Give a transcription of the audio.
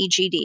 EGD